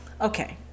Okay